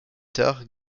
tard